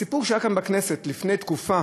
הסיפור שהיה כאן בכנסת לפני תקופה